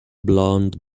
blond